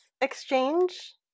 exchange